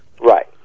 Right